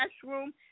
classroom